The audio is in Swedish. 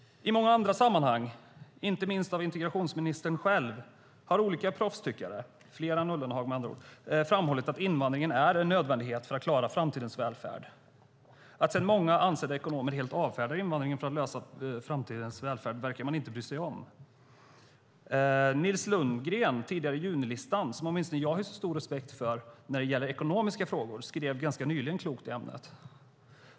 I många andra sammanhang har integrationsministern och olika proffstyckare - alltså fler än Ullenhag - framhållit att invandringen är en nödvändighet för att klara framtidens välfärd. Att sedan många ansedda ekonomer helt avfärdar invandringen som ett sätt att lösa framtidens välfärd verkar man inte bry sig om. Nils Lundgren, tidigare Junilistan, som åtminstone jag hyser stor respekt för när det gäller ekonomiska frågor, skrev ganska nyligen klokt i ämnet.